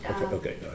Okay